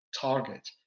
target